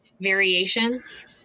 variations